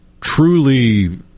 truly